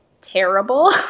terrible